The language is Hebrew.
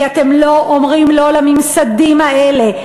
כי אתם לא אומרים לא לממסדים האלה.